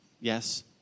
Yes